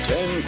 Ten